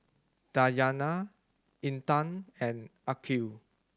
Dayana Intan and Aqil